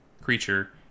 creature